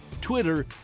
Twitter